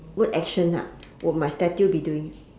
what action ha will my statue be doing